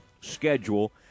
schedule